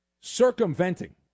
circumventing